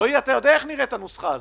רועי, אתה יודע איך נראית הנוסחה הזאת.